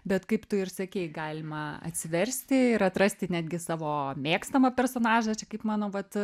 bet kaip tu ir sakei galima atsiversti ir atrasti netgi savo mėgstamą personažą čia kaip mano vat